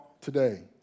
today